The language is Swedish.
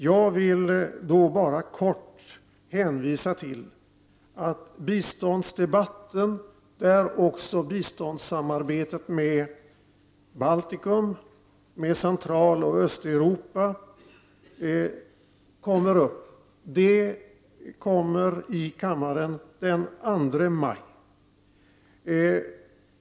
Jag vill då bara kort hänvisa till att biståndsdebatten — där också biståndssamarbetet med Baltikum och med Centraloch Östeuropa kommer att behandlas — kommer att genomföras i kammaren den 2 maj.